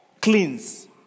cleans